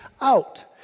out